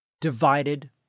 divided